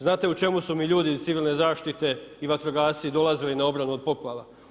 Znate u čemu su mi ljudi iz civilne zaštite i vatrogasci dolazili na obranu od poplava?